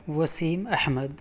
Wasim Ahmad